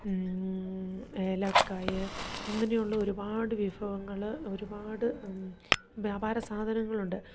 ഏലക്കായ് അങ്ങനെയുള്ള ഒരുപാട് വിഭവങ്ങൾ ഒരുപാട് വ്യാപാര സാധനങ്ങളുണ്ട്